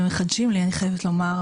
אני חייבת לומר.